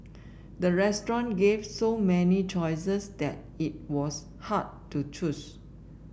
the restaurant gave so many choices that it was hard to choose